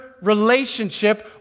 relationship